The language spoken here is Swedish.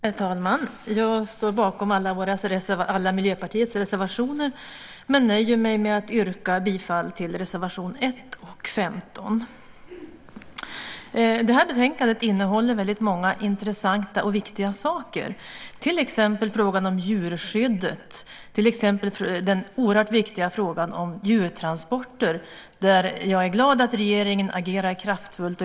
Herr talman! Jag står bakom alla Miljöpartiets reservationer, men nöjer mig med att yrka bifall till reservation 1 och 15. Det här betänkandet innehåller väldigt många intressanta och viktiga saker, till exempel frågan om djurskyddet, bland annat den oerhört viktiga frågan om djurtransporter, där jag är glad att regeringen agerar kraftfullt.